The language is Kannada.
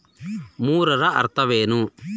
ಮೂರರ ಅರ್ಥವೇನು?